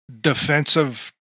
defensive